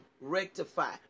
rectify